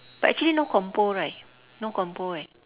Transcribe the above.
but actually no compo right no compo right